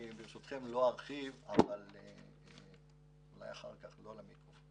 ברשותכם אני לא ארחיב, אולי אחר כך ולא למיקרופון.